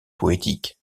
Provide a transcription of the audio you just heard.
poétique